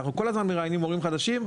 אנחנו כל הזמן מראיינים מורים חדשים,